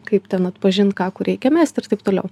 kaip ten atpažint ką kur reikia mest ir taip toliau